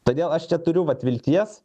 todėl aš čia turiu vat vilties